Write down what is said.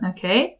Okay